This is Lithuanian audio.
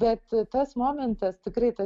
bet tas momentas tikrai ta